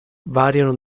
variano